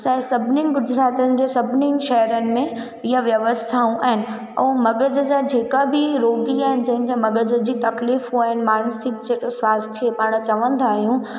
असां सभिनीनि गुजरातनि जो सभिनीनि शहरनि में इहा व्यवस्थाऊं ऐं ऐं मगज़ जा जेका बि रोगी आहिनि जेके मगज़ जी तकलीफ़ूं आहिनि मानसिक जेका स्वास्थीय पाण चवंदा आहियूं